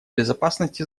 безопасности